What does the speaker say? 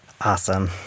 Awesome